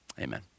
amen